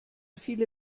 viele